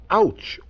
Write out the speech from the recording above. ouch